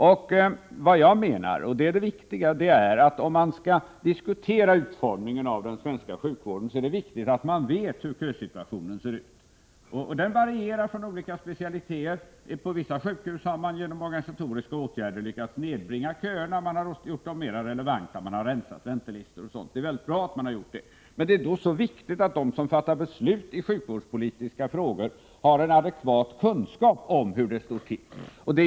Om man skall diskutera utformningen av den svenska sjukvården är det viktigt att man vet hur kösituationen ser ut. Den varierar mellan olika specialiteter. På vissa sjukhus har man genom organisatoriska åtgärder lyckats nedbringa köerna. Man har rensat i väntelistorna och gjort dem mera relevanta. Det är mycket bra. Men det är då viktigt att de som fattar beslut i sjukvårdspolitiska frågor har en adekvat kunskap om hur det står till.